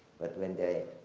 but when they,